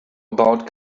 about